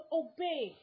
obey